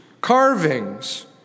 carvings